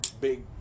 Big